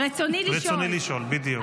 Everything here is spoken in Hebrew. רצוני לשאול -- רצוני לשאול, בדיוק.